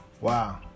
Wow